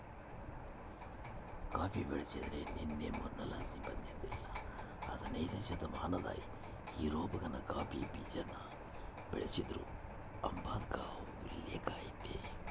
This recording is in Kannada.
ಕಾಫಿ ಬೆಳ್ಸಾದು ನಿನ್ನೆ ಮನ್ನೆಲಾಸಿ ಬಂದಿದ್ದಲ್ಲ ಹದನೈದ್ನೆ ಶತಮಾನದಾಗ ಯುರೋಪ್ನಾಗ ಕಾಫಿ ಬೀಜಾನ ಬೆಳಿತೀದ್ರು ಅಂಬಾದ್ಕ ಉಲ್ಲೇಕ ಐತೆ